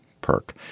perk